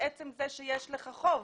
על עצם זה שיש לך חוב.